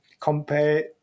compare